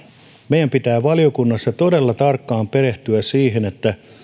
meidän pitää valiokunnassa todella tarkkaan perehtyä siihen että